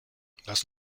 lass